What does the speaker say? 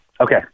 Okay